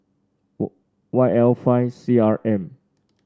were Y L five C R M